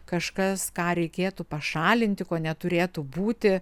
kažkas ką reikėtų pašalinti ko neturėtų būti